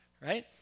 right